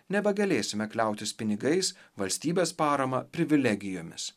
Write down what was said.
nebegalėsime kliautis pinigais valstybės parama privilegijomis